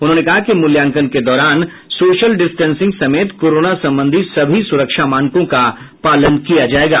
उन्होंने कहा कि मूल्याकंन के दौरान सशोल डिस्टेंसिंग समेत कोरोना संबंधी सभी सुरक्षा मानकों का पालन किया जायेगा